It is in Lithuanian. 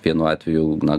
vienu atveju na